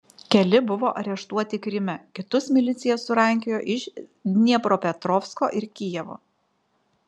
keli buvo areštuoti kryme kitus milicija surankiojo iš dniepropetrovsko ir kijevo